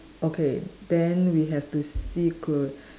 okay then we have to see cl~